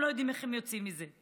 הם לא יודעים איך הם יוצאים מזה.